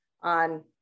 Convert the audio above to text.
on